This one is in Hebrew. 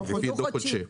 לפי דו-חודשי.